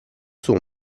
son